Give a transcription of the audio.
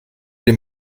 dem